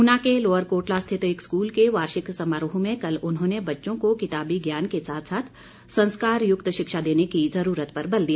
ऊना के लोअर कोटला स्थित एक स्कूल के वार्षिक समारोह में कल उन्होंने बच्चों को किताबी ज्ञान के साथ साथ संस्कारयुक्त शिक्षा देने की ज़रूरत पर बल दिया